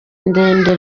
ndende